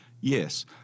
yes